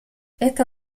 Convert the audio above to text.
esta